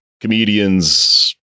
comedians